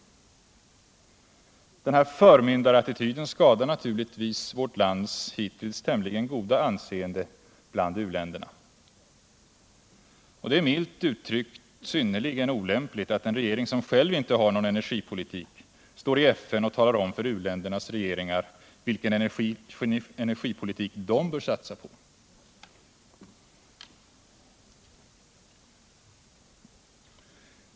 Denna förmyndarattityd skadar naturligtvis vårt lands hittills tämligen goda anseende bland u-länderna. Och det är milt uttryckt synnerligen olämpligt att en regering som själv inte har någon energipolitik står i FN och talar om för u-ländernas regeringar vilken energipolitik de bör satsa på.